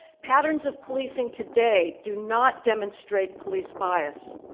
patterns of policing today do not demonstrate police bias.